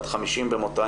בת 50 במותה,